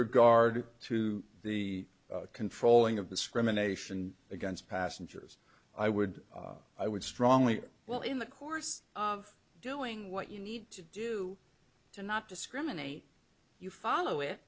regard to the controlling of discrimination against passengers i would i would strongly well in the course of doing what you need to do to not discriminate you follow it